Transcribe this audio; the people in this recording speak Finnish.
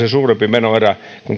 suurempi menoerä kun